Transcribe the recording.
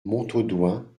montaudoin